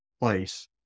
place